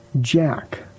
Jack